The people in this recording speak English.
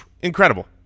incredible